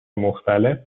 مختلف